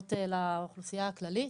מכללות לאוכלוסייה הכללית,